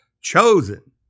chosen